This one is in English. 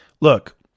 look